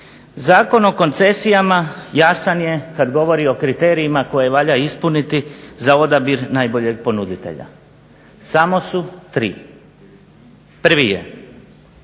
Zakon o koncesijama jasan je kad govori o kriterijima koje valja ispuniti za odabir najboljeg ponuditelja. Samo su tri. Prvi je